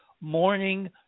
morning